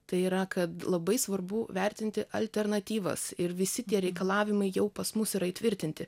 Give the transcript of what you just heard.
tai yra kad labai svarbu vertinti alternatyvas ir visi tie reikalavimai jau pas mus yra įtvirtinti